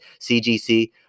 CGC